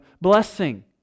blessing